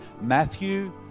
Matthew